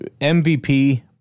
MVP